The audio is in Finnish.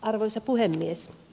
arvoisa puhemies